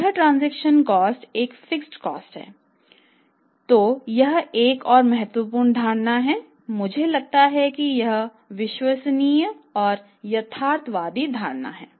तो यह एक और महत्वपूर्ण धारणा है मुझे लगता है कि यह विश्वसनीय और यथार्थवादी धारणा है